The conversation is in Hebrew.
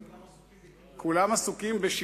כולם עסוקים בטיפול.